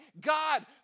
God